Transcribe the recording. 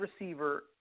receiver